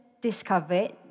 discovered